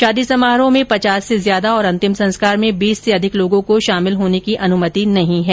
शादी समारोह में पचास से ज्यादा और अंतिम संस्कार में बीस से अधिक लोगों को शामिल होने की अनुमति नहीं है